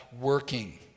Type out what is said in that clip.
working